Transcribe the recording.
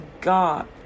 God